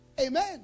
Amen